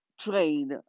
train